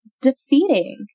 defeating